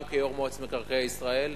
גם כיו"ר מועצת מקרקעי ישראל,